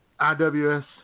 IWS